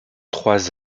trois